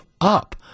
up